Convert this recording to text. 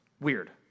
Weird